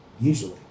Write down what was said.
usually